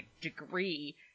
degree